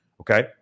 okay